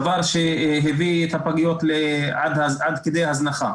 דבר שהביא את הפגיות עד כדי הזנחה.